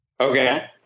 Okay